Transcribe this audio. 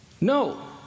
No